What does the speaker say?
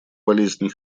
болезней